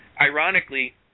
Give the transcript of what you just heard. ironically